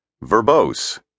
verbose